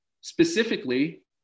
Specifically